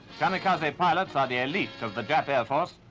kamikaze pilots are the elite of the jap air force,